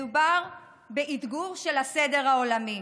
מדובר באתגור של הסדר העולמי.